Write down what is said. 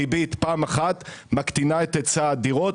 הריבית פעם אחת מקטינה את היצע הדירות,